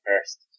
first